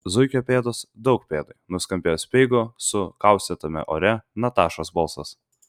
zuikio pėdos daug pėdui nuskambėjo speigo su kaustytame ore natašos balsas